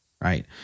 right